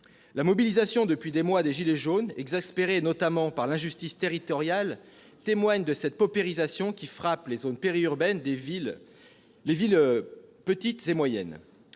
La mobilisation depuis des mois des gilets jaunes, exaspérés notamment par l'injustice territoriale, témoigne de cette paupérisation qui frappe les zones périurbaines, les villes petites et moyennes.